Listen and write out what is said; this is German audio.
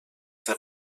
der